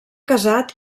casat